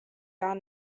gar